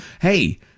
hey